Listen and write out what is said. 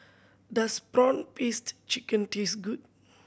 does prawn paste chicken taste good